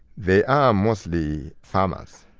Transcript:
they are mostly farmers.